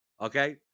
Okay